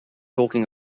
talking